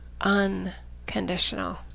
unconditional